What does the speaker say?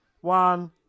One